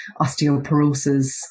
osteoporosis